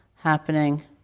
happening